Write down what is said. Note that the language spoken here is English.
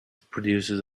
produces